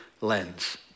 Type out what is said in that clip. lens